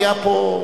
נהיה פה,